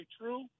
true